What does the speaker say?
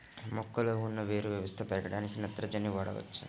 మొక్కలో ఉన్న వేరు వ్యవస్థ పెరగడానికి నత్రజని వాడవచ్చా?